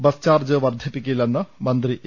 bus charge വർദ്ധിപ്പിക്കില്ലെന്ന് മന്ത്രി A